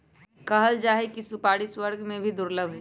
कहल जाहई कि सुपारी स्वर्ग में भी दुर्लभ हई